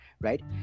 right